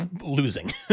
losing